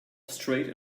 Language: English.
straight